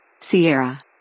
Sierra